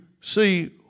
see